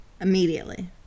Immediately